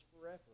forever